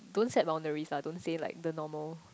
don't set boundaries lah don't say like the normal